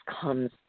comes